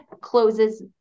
closes